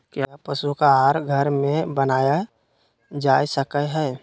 क्या पशु का आहार घर में बनाया जा सकय हैय?